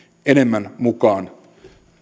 enemmän mukaan